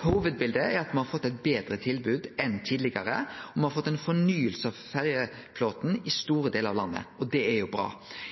Hovudbildet er at me har fått eit betre tilbod enn tidlegare, og me har fått ei fornying av ferjeflåten i store delar av landet. Det er bra.